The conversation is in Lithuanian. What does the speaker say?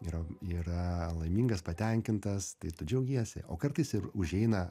yra yra laimingas patenkintas tai tu džiaugiesi o kartais ir užeina